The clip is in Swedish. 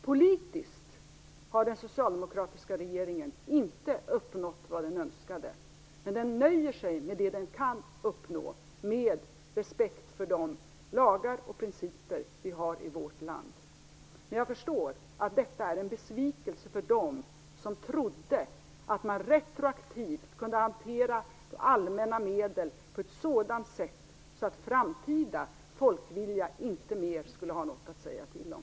Politiskt har den socialdemokratiska regeringen inte uppnått vad den önskade, men den nöjer sig med det som den kan uppnå, med respekt för de lagar och principer vi har i vårt land. Jag förstår dock att det är en besvikelse för dem som trodde att man retroaktivt kunde hantera allmänna medel på ett sådant sätt att framtida folkvilja inte mer skulle ha något att säga till om.